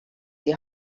die